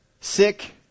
sick